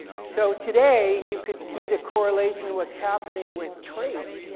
so today you could see the correlation what's happening with trade.